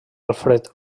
alfred